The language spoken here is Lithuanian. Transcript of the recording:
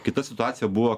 kita situacija buvo